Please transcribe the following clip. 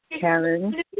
Karen